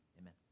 amen